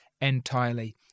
entirely